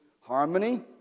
harmony